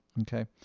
Okay